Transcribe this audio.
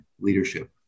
Leadership